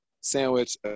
sandwich